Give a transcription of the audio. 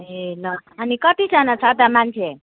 ए ल अनि कतिजना छ त मान्छे